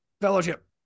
fellowship